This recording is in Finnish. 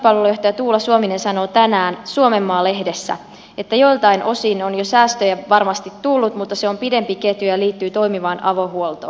meidän vanhuspalvelujohtajamme tuula suominen sanoo tänään suomenmaa lehdessä että joiltain osin on jo säästöjä varmasti tullut mutta se on pidempi ketju ja liittyy toimivaan avohuoltoon